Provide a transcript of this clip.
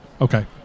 Okay